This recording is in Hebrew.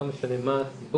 לא משנה מה הסיבות,